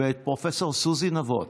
ואת פרופ' סוזי נבות,